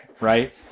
Right